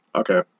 okay